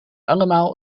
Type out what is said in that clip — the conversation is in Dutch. allemaal